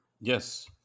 Yes